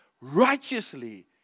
righteously